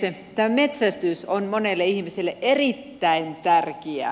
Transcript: tämä metsästys on monelle ihmiselle erittäin tärkeä asia